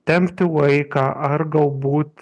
tempti laiką ar galbūt